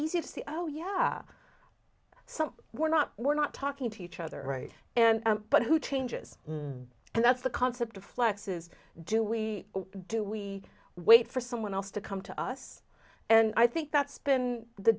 easy to see oh yeah some we're not we're not talking to each other right and but who changes and that's the concept of flex is do we do we wait for someone else to come to us and i think that's been the